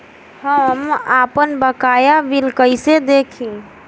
हम आपनबकाया बिल कइसे देखि?